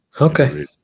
Okay